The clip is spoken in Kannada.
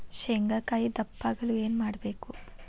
ಶೇಂಗಾಕಾಯಿ ದಪ್ಪ ಆಗಲು ಏನು ಮಾಡಬೇಕು?